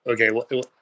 okay